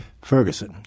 Ferguson